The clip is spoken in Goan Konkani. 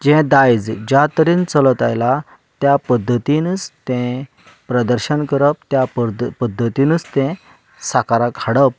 जें दायज ज्या तरेन चलत आयलां त्या पद्दतीनूच तें प्रदर्शन करप त्या पद्दतीनूच तें साकाराक हाडप